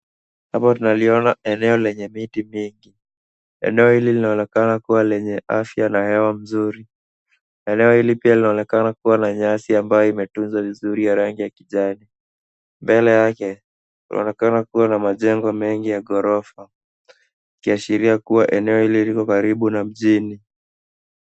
Hapa tunaliona eneo lenye miti mingi. Eneo hili linaonekana kuwa lenye afya na hewa nzuri. Eneo hili pia linaonekana kuwa na nyasi ambayo imetunzwa vizuri ya rangi ya kijani. mbele yake kunaonekana kuwa na majengo mengi ya ghorofa ikiashiria kuwa eneo hili liko karibu na mjini.